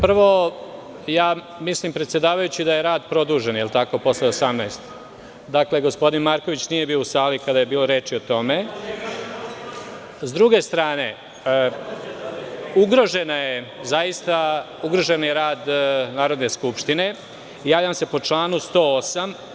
Prvo, mislim predsedavajući da je rad produžen, posle 18,00, gospodin Marković nije bio u sali kada je bila reč o tome, s druge strane ugrožen je rad Narodne skupštine, javljam se po članu 108.